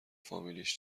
فامیلش